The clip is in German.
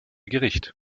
gericht